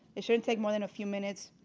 it shouldn't take more than a few minutes.